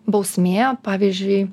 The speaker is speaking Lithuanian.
bausmė pavyzdžiui